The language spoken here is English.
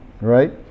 right